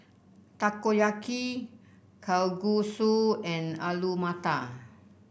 Takoyaki Kalguksu and Alu Matar